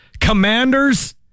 Commanders